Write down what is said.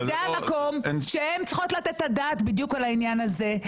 אבל זה לא --- וזה המקום שהן צריכות לתת את הדעת בדיוק על העניין הזה.